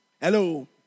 hello